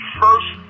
first